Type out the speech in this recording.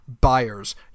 buyers